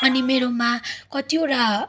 अनि मेरोमा कतिवटा